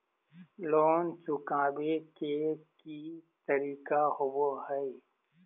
Loan चुकाबे के की तरीका होबो हइ?